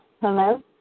Hello